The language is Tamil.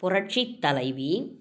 புரட்சித் தலைவி